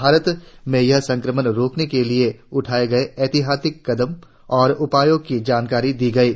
भारत में यह संक्रमण रोकने के लिए उठाए गये ऐहतियाती कदमों और उपायों की जानकारी दी गयी